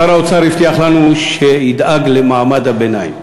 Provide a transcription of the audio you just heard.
שר האוצר הבטיח לנו שידאג למעמד הביניים,